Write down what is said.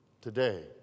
today